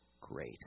great